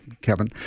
Kevin